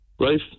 right